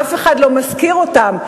אף אחד לא מזכיר אותם.